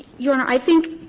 your honor, i think